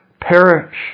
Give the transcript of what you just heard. perish